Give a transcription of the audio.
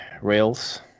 rails